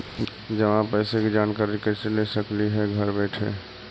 जमा पैसे के जानकारी कैसे ले सकली हे घर बैठे?